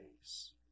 days